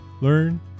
learn